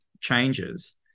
changes